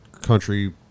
country